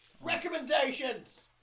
Recommendations